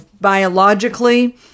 biologically